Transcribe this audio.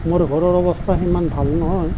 মোৰ ঘৰৰ অৱস্থা সিমান ভাল নহয়